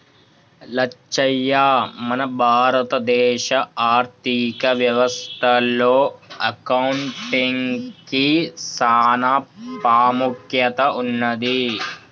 లచ్చయ్య మన భారత దేశ ఆర్థిక వ్యవస్థ లో అకౌంటిగ్కి సాన పాముఖ్యత ఉన్నది